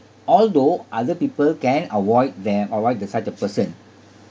although other people can avoid them avoid the such a person